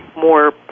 more